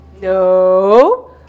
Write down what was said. No